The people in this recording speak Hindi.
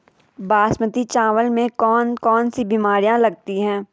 बासमती चावल में कौन कौन सी बीमारियां लगती हैं?